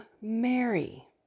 Mary